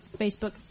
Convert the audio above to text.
Facebook